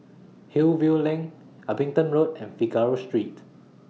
Hillview LINK Abingdon Road and Figaro Street